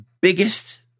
biggest